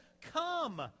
Come